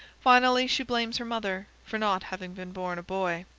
finally she blames her mother for not having been born a boy.